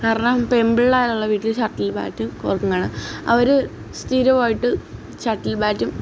കാരണം പെൺപിള്ളേരുള്ള വീട്ടിൽ ഷട്ടിൽ ബാറ്റും കോർക്കും കാണും അവർ സ്ഥിരമായിട്ട് ഷട്ടിൽ ബാറ്റും